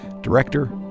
director